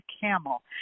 camel